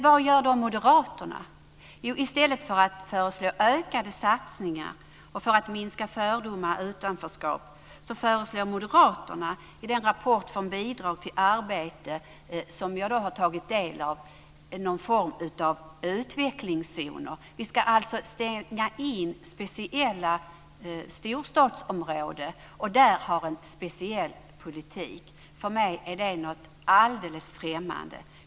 Vad gör då moderaterna? I stället för att föreslå ökade satsningar för att minska fördomar och utanförskap, föreslår moderaterna i en rapport som jag har tagit del av om att gå från bidrag till arbete någon form av utvecklingszoner. Vi ska stänga in speciella storstadsområden och där ha en speciell politik, vilket är för mig alldeles främmande.